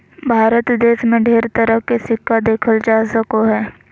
भारत देश मे ढेर तरह के सिक्का देखल जा सको हय